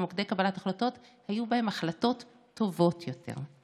במוקדי קבלת החלטות, היו בהן החלטות טובות יותר.